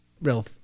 real